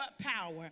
power